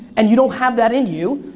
and you don't have that in you,